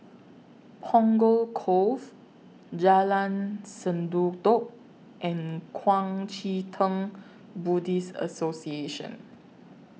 Punggol Cove Jalan Sendudok and Kuang Chee Tng Buddhist Association